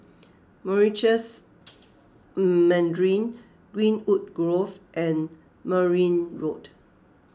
Meritus Mandarin Greenwood Grove and Merryn Road